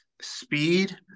speed